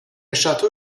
château